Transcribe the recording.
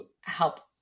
help